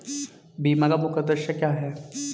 बीमा का मुख्य उद्देश्य क्या है?